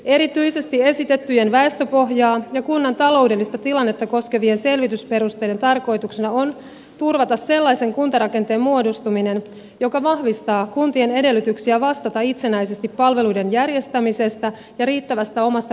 erityisesti esitettyjen väestöpohjaa ja kunnan taloudellista tilannetta koskevien selvitysperusteiden tarkoituksena on turvata sellaisen kuntarakenteen muodostuminen joka vahvistaa kuntien edellytyksiä vastata itsenäisesti palveluiden järjestämisestä ja riittävästä omasta palvelutuotannosta